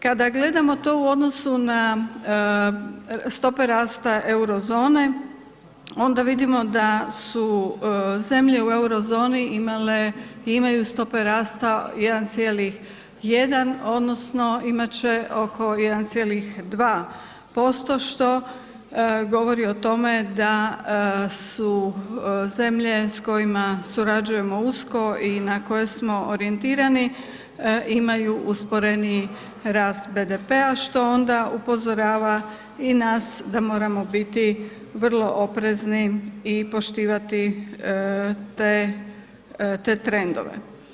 Kada gledamo to u odnosu na stope rasta Eurozone, onda vidimo da su zemlje u Eurozoni imale i imaju stope rasta 1,1 odnosno imat će oko 1,2% što govori o tome da su zemlje s kojima surađujemo usko i na koje smo orijentirani imaju usporeni rast BDP-a što onda upozorava i nas da moramo biti vrlo oprezni i poštivati te trendove.